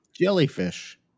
jellyfish